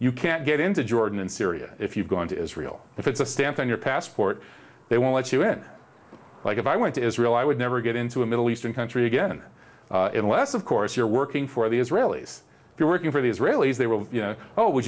you can't get into jordan and syria if you've gone to israel if it's a stamp on your passport they won't let you in like if i went to israel i would never get into a middle eastern country again unless of course you're working for the israelis if you're working for the israelis they will you know oh would